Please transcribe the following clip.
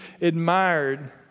admired